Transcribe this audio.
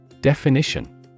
Definition